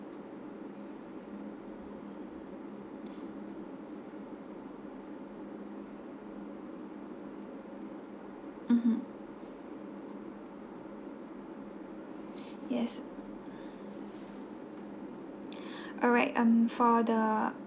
mmhmm yes alright um for the